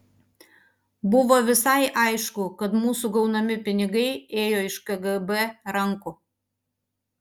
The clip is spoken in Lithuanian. buvo visai aišku kad mūsų gaunami pinigai ėjo iš kgb rankų